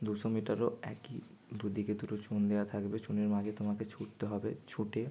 দুশো মিটারেও একই দুদিকে দুটো চুন দেওয়া থাকবে চুনের মাঝে তোমাকে ছুটতে হবে ছুটে